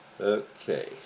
Okay